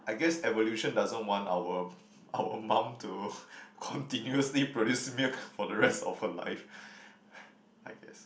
I guess evolution doesn't want our our mum to continuously produce milk for the rest of her life I I guess